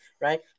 Right